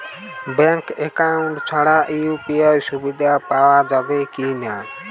Bank account ছাড়া UPI সুবিধা পাওয়া যাবে কি না?